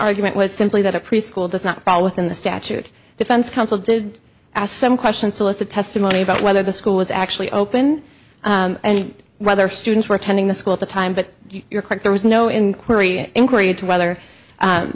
argument was simply that a preschool does not fall within the statute defense counsel did ask some questions to us the testimony about whether the school was actually open and rather students were attending the school at the time but you're correct there was no inquiry inquiry into whether